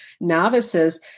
novices